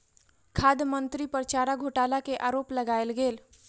खाद्य मंत्री पर चारा घोटाला के आरोप लगायल गेल